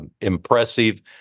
impressive